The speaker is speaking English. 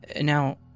Now